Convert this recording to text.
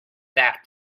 that